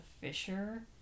Fisher